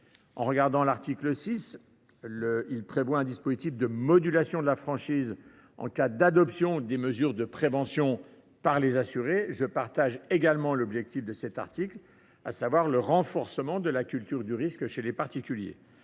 en commission. L’article 6 créait un dispositif de modulation de la franchise en cas d’adoption de mesures de prévention par les assurés. Si nous partagions l’objectif de cet article, à savoir le renforcement de la culture du risque chez les particuliers,